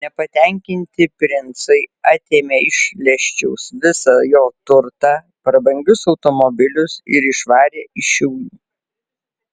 nepatenkinti princai atėmė iš leščiaus visą jo turtą prabangius automobilius ir išvarė iš šiaulių